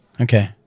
Okay